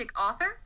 author